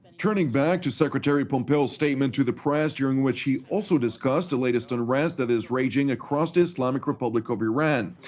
turning back to secretary pompeo's statement to the press, during which he also discussed the latest unrest that is raging across the islamic republic of iran.